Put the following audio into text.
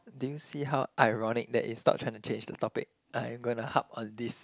did you see how ironic that is stop trying to change the topic I am going to harp on this